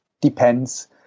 depends